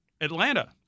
Atlanta